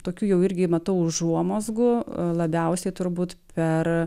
tokių jau irgi matau užuomazgų labiausiai turbūt per